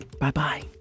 Bye-bye